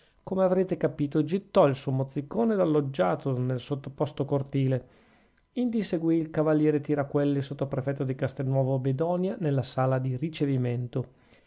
come avrete capito gittò il suo mozzicone dal loggiato nel sottoposto cortile indi seguì il cavaliere tiraquelli sottoprefetto di castelnuovo bedonia nella sala di ricevimento